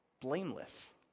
blameless